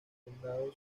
condado